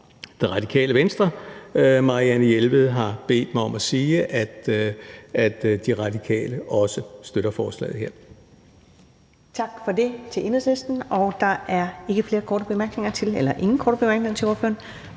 fra Radikale Venstre. Marianne Jelved har bedt mig om at sige, at De Radikale også støtter forslaget her.